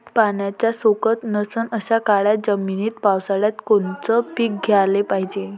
पाण्याचा सोकत नसन अशा काळ्या जमिनीत पावसाळ्यात कोनचं पीक घ्याले पायजे?